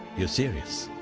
you're serious.